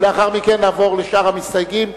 ולאחר מכן נעבור לשאר המסתייגים,